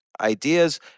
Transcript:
ideas